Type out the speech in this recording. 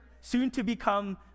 soon-to-become